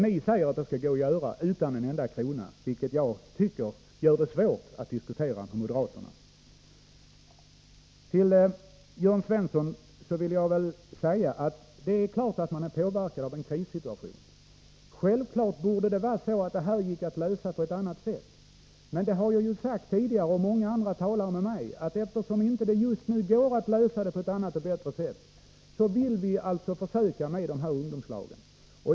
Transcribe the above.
Ni säger att det skall gå att genomföra utan en enda krona, vilket jag tycker gör det svårt att föra en diskussion. Till Jörn Svensson vill jag säga att man naturligtvis påverkas av en krissituation. Självfallet borde den här frågan gå att lösa på annat sätt. Jag har emellertid sagt tidigare — och många andra talare med mig — att eftersom det inte just nu går att lösa frågan på ett annat och bättre sätt, vill vi göra ett försök med ungdomslagen.